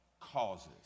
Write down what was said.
causes